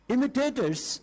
Imitators